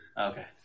Okay